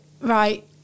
right